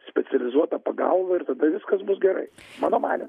specializuota pagalba ir tada viskas buvo gerai mano manymu